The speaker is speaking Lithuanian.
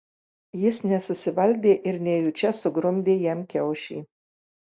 jis nesusivaldė ir nejučia sugrumdė jam kiaušį